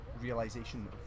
realisation